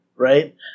Right